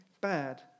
bad